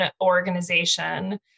organization